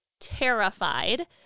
terrified